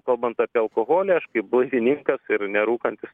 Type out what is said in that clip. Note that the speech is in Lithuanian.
kalbant apie alkoholį aš kaip blaivininkas ir nerūkantis